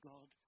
God